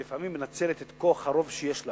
היא לפעמים מנצלת את כוח הרוב שיש לה